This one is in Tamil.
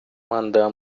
அந்த